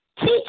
Teach